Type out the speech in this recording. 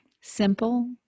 simple